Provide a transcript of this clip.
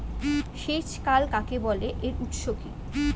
সেচ খাল কাকে বলে এর উৎস কি?